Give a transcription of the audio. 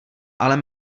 ale